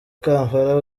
kampala